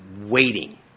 waiting